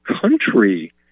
country